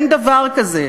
אין דבר כזה.